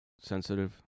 sensitive